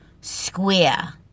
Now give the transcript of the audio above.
Square